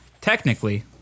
Technically